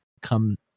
come